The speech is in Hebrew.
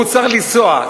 הוא צריך לנסוע,